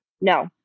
No